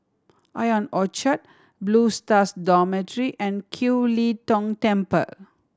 Ion Orchard Blue Stars Dormitory and Kiew Lee Tong Temple